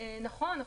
נכון.